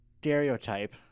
stereotype